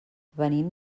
venim